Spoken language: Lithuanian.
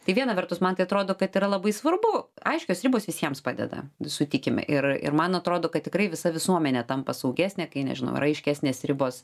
tai viena vertus man tai atrodo kad yra labai svarbu aiškios ribos visiems padeda sutikime ir ir man atrodo kad tikrai visa visuomenė tampa saugesnė kai nežinau raiškesnės ribos